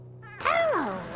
Hello